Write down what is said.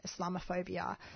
Islamophobia